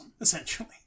essentially